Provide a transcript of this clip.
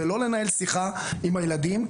ולא לנהל שיחה עם הילדים,